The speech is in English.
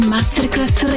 Masterclass